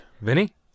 Vinny